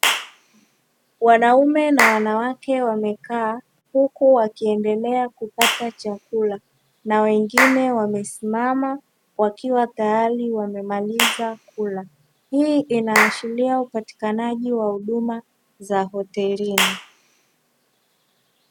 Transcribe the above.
Wanaume na wanawake wamekaa huku wakiendelea kupata chakula, na wengine wamesimama wakiwa tayari wamemaliza kula. Hii inaashiria upatikanaji wa huduma za hotelini.